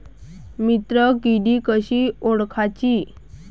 मित्र किडी कशी ओळखाची?